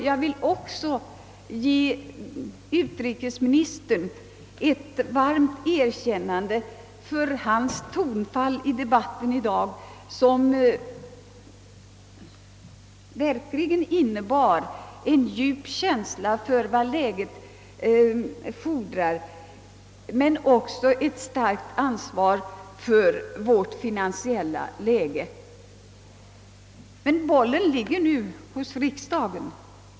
Jag vill också ge utrikesministern ett varmt erkännande för hans tonfall i debatten i dag, som verk. ligen innebar en djup känsla för vad läget fordrar men som också präglades av ett starkt ansvar för vårt finansiella läge. Men bollen ligger nu hos riksdagen.